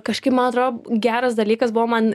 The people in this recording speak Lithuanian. kažkaip man atrodo geras dalykas buvo man